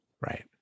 Right